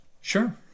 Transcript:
Sure